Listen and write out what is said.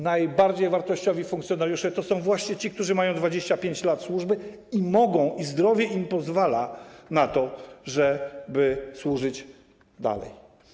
Najbardziej wartościowi funkcjonariusze to są właśnie ci, którzy mają 25 lat służby i mogą, bo zdrowie im na to pozwala, służyć dalej.